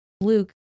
Luke